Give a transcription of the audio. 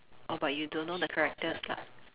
oh but you don't know the characters lah